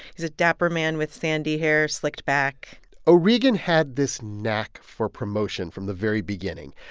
he's a dapper man with sandy hair slicked back o'regan had this knack for promotion from the very beginning.